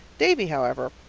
davy, however,